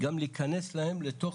גם להיכנס להן לתוך